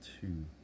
two